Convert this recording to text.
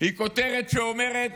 היא כותרת שאומרת: